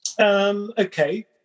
Okay